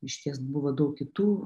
išties buvo daug kitų